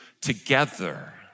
together